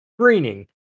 Screening